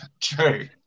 True